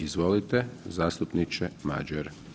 Izvolite zastupniče Madjer.